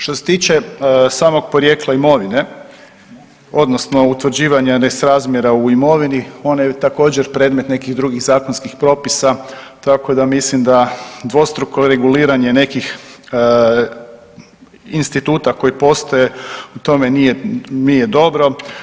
Što se tiče samog porijekla imovine odnosno utvrđivanja nesrazmjera u trgovini ona je također predmet nekih drugih zakonskih propisa tako da mislim da dvostruko reguliranje nekih instituta koji postoje u tome nije dobro.